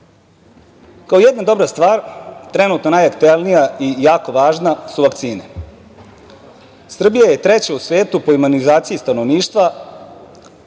jedna dobra stvar, trenutno najaktuelnija i jako važna, su vakcine. Srbija je treća u svetu po imunizaciji stanovništva